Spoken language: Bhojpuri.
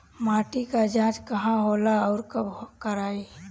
माटी क जांच कहाँ होला अउर कब कराई?